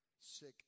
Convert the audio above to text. sick